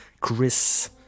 Chris